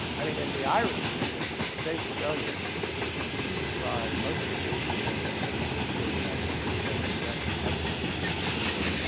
i mean and the irony is that shays rebellion is perceived by most of the elites in massachusetts and the rest of the country as the